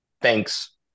Thanks